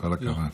כל הכבוד.